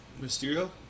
Mysterio